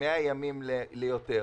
מ-100 ימים ליותר,